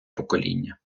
покоління